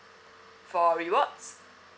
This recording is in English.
for rewards